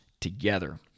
together